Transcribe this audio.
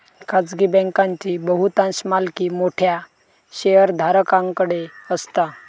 खाजगी बँकांची बहुतांश मालकी मोठ्या शेयरधारकांकडे असता